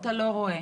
אתה לא רואה.